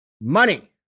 Money